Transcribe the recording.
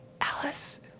Alice